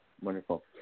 Wonderful